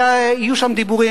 ויהיו שם דיבורים,